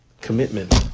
commitment